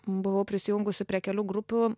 buvau prisijungusi prie kelių grupių